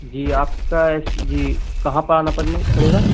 جی آپ کا اس جی کہاں پہ آنا پڑے گا